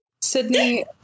Sydney